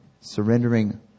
surrendering